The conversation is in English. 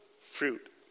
fruit